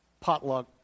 potluck